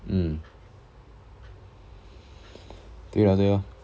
mm 对 lor 对 lor